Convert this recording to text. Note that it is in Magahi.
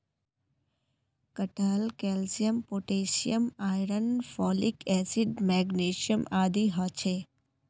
कटहलत calcium potassium iron folic acid magnesium आदि ह छे